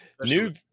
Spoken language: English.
New